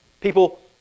people